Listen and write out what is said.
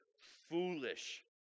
Foolish